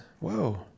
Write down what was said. Whoa